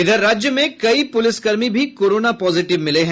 इधर राज्य में कई पुलिसकर्मी भी कोरोना पॉजिटिव मिले हैं